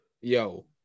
Yo